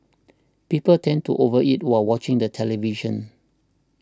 people tend to over eat while watching the television